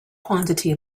quantity